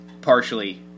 partially